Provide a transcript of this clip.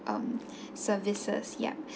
um services yup